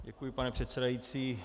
Děkuji, pane předsedající.